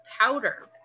powder